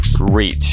Reach